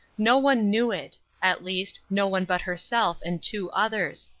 no one knew it at least, no one but herself and two others.